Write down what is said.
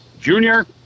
Junior